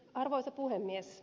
arvoisa puhemies